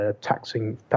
taxing